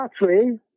battery